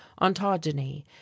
ontogeny